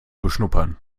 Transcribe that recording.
beschnuppern